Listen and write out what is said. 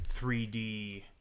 3D